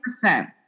percent